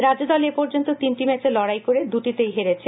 রাজ্যদল এ পর্যন্ত তিনটি ম্যাচে লড়াই করে দুটিতেই হেরেছে